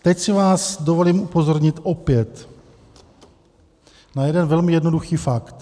Teď si vás dovolím upozornit opět na jeden velmi jednoduchý fakt.